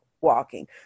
walking